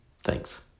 Thanks